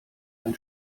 ein